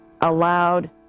allowed